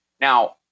Now